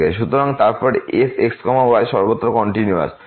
সুতরাং তারপর f x y সর্বত্র কন্টিনিউয়াস